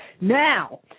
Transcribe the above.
Now